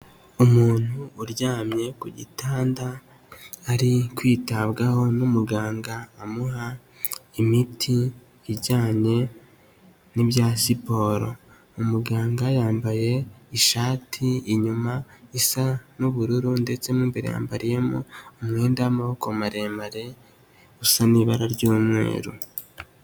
Umuntu uryamye ku gitanda, ari kwitabwaho n'umuganga, amuha imiti ijyanye n'ibya siporo. Umuganga yambaye ishati inyuma isa n'ubururu ndetse mo imbere yambariyemo umwenda w'amaboko maremare usa n'ibara ry'umweru.